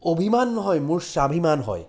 অভিমান নহয় মোৰ স্বাভিমান হয়